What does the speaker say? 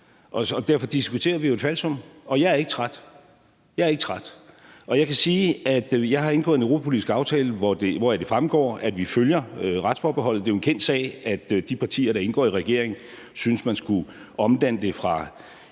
derfor diskuterer vi jo et falsum. Jeg er ikke træt, og jeg kan sige, at jeg har indgået en europapolitisk aftale, hvoraf det fremgår, at vi følger retsforbeholdet. Det er jo en kendt sag, at de partier, der indgår i regeringen, synes, man skulle have omdannet det fra